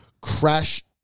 crash